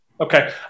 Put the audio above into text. okay